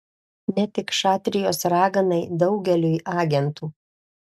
ne tik šatrijos raganai daugeliui agentų